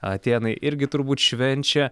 atėnai irgi turbūt švenčia